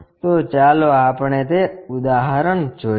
તો ચાલો આપણે તે ઉદાહરણ જોઈએ